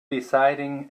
deciding